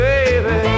Baby